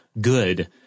good